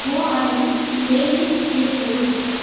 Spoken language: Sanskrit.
भोः आली प्ले लिस्ट् प्ले कुरु